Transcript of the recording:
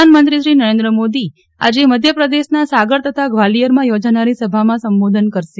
પ્રધાનમંત્રી નરેન્દ્રમોદી આજે મધ્યપ્રદેશના સાગર તથા ગ્વાલીયરમાં યોજાનારી સભામાં સંબોધન કરશે